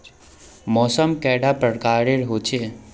मौसम कैडा प्रकारेर होचे?